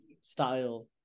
style